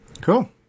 Cool